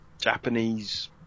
Japanese